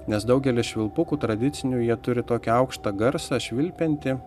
nes daugelis švilpukų tradicinių jie turi tokį aukštą garsą švilpiantį